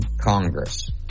Congress